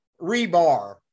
rebar